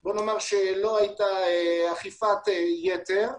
לא הייתה אכיפת יתר,